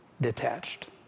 detached